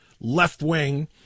left-wing